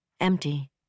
empty